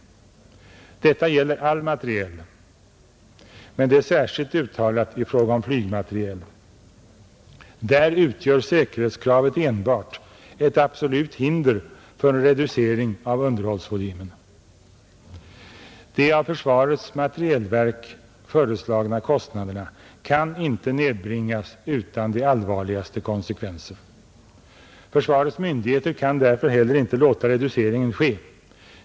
Detta gäller all materiel, men det är särskilt uttalat i fråga om flygmaterielen. Där utgör säkerhetskravet enbart ett absolut hinder för en reducering av underhållsvolymen. De av försvarets materielverk föreslagna kostnaderna kan inte nedbringas utan de allvarligaste konsekvenser. Försvarets myndigheter kan därför heller inte låta reduceringen ske.